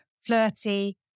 flirty